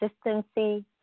consistency